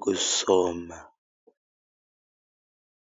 kusoma.